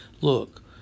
Look